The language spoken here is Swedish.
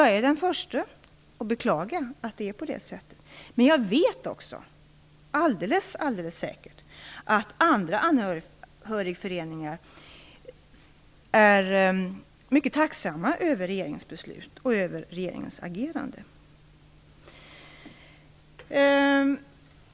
Jag är den första att beklaga att det är på det sättet, men jag vet också alldeles säkert att andra anhörigföreningar är mycket tacksamma över regeringens beslut och agerande.